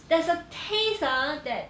there's a taste ah that